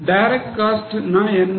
direct cost ன என்ன